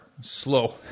slow